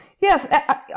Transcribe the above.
Yes